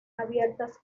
abiertas